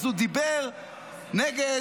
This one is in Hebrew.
אז הוא דיבר נגד,